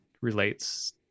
relates